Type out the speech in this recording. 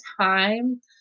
time